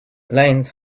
lions